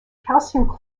calcium